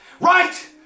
Right